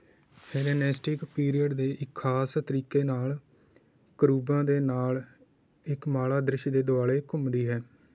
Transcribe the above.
Hellenistic period ਦੇ ਇੱਕ ਖਾਸ ਤਰੀਕੇ ਨਾਲ਼ ਕਰੂਬਾਂ ਦੇ ਨਾਲ਼ ਇੱਕ ਮਾਲਾ ਦ੍ਰਿਸ਼ ਦੇ ਦੁਆਲੇ ਘੁੰਮਦੀ ਹੈ